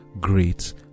great